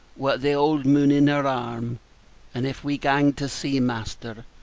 wi' the old moon in her arm and, if we gang to sea, master,